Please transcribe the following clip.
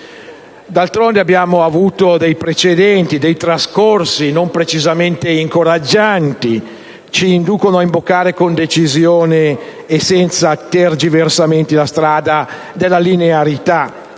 d'altronde abbiamo avuto dei precedenti e dei trascorsi non precisamente incoraggianti che ci inducono a invocare con decisione e senza tergiversare la strada della linearità